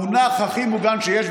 הכי מוגן שיש,